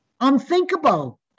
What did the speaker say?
unthinkable